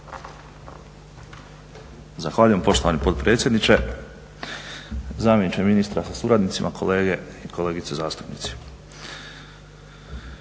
Hvala poštovani potpredsjedniče, zamjeniče ministra sa suradnicima, kolegice i kolege.